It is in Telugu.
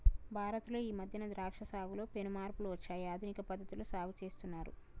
భారత్ లో ఈ మధ్యన ద్రాక్ష సాగులో పెను మార్పులు వచ్చాయి ఆధునిక పద్ధతిలో సాగు చేస్తున్నారు